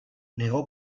negó